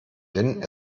denn